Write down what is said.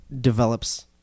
develops